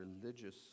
religious